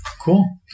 Cool